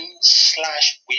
slash